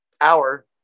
hour